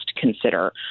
consider